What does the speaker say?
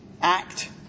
act